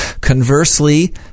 Conversely